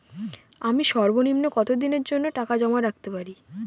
আমি সর্বনিম্ন কতদিনের জন্য টাকা জমা রাখতে পারি?